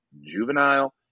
juvenile